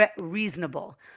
reasonable